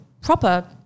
proper